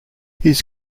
his